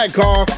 call